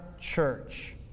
church